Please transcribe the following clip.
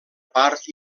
part